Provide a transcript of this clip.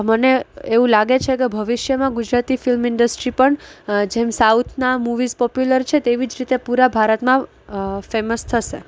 મને એવું લાગે છે કે ભવિષ્યમાં ગુજરાતી ફિલ્મ ઇન્ડસ્ટ્રી પણ જેમ સાઉથના મૂવીઝ પોપ્યુલર છે તેવી જ રીતે પૂરા ભારતમાં ફેમસ થશે